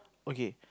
okay